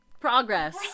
Progress